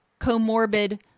comorbid